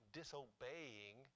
disobeying